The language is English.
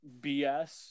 BS